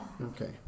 Okay